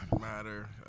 matter